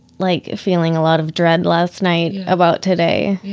like, feeling a lot of dread last night about today.